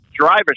driver